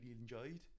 enjoyed